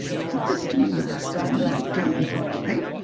did this to me last time. and i don't know why.